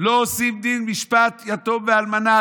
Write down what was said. לא עושים דין משפט יתום ואלמנה,